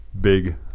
Big